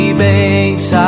banks